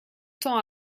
temps